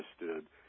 interested